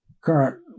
current